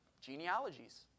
genealogies